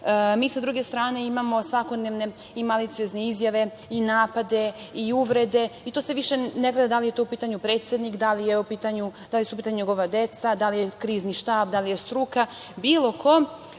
mi sa druge strane imamo svakodnevne i maliciozne izjave, napade i uvrede i to se više ne gleda da li je u pitanju predsednik, da li su u pitanju njegova deca, da li je Krizni štab, da li je struka, bilo ko,